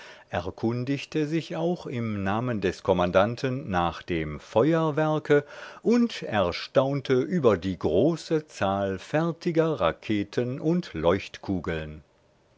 erkundigte sich auch im namen des kommandanten nach dem feuerwerke und erstaunte über die große zahl fertiger raketen und